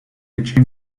hecha